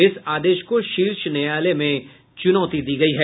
इस आदेश को शीर्ष न्यायालय में चुनौती दी गयी है